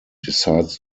decides